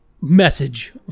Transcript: message